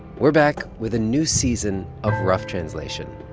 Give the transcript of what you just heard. we're back with a new season of rough translation,